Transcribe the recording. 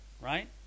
right